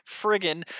friggin